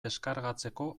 deskargatzeko